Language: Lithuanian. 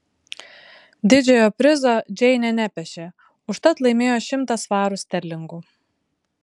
didžiojo prizo džeinė nepešė užtat laimėjo šimtą svarų sterlingų